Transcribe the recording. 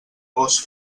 gos